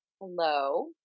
Hello